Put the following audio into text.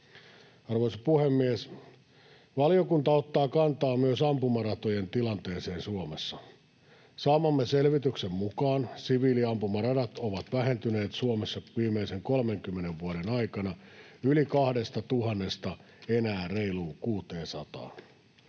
Arvoisa puhemies! Valiokunta ottaa kantaa myös ampumaratojen tilanteeseen Suomessa. Saamamme selvityksen mukaan siviiliampumaradat ovat vähentyneet Suomessa viimeisen 30 vuoden aikana yli 2 000:sta enää reiluun